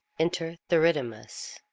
enter theridamas.